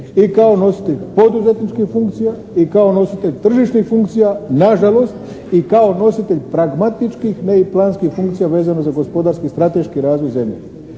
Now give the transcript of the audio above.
i kao nositelj poduzetničkih funkcija i kao nositelj tržišnih funkcija nažalost i kao nositelj pragmatičkih ne i planskih funkcija vezano za gospodarski strateški razvoj zemlje.